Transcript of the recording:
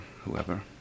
whoever